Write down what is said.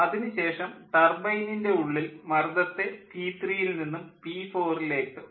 അതിനുശേഷം ടർബൈനിൻ്റെ ഉള്ളിൽ മർദ്ദത്തെ പി3 യിൽ നിന്നും പി4 യിലേക്ക് ഉയർത്തുന്നു